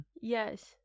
Yes